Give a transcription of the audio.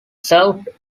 served